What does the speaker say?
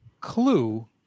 clue